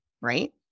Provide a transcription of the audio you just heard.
Right